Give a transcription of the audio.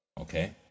okay